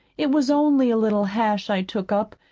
it was only a little hash i took up.